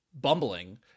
bumbling